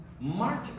mark